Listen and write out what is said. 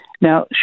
Now